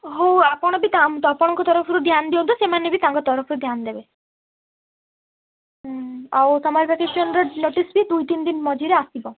ହଉ ଆପଣ ବି ତା ଆପଣଙ୍କ ତରଫରୁ ଧ୍ୟାନ ଦିଅନ୍ତୁ ସେମାନେ ବି ତାଙ୍କ ତରଫରୁ ଧ୍ୟାନ ଦେବେ ହୁଁ ଆଉ ସମର୍ ଭେକେସନ୍ର ନୋଟିସ୍ ବି ଦୁଇ ତିନ ଦିନ ମଝିରେ ଆସିବ